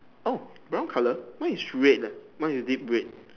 oh brown color mine is red leh mine is deep red